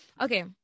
okay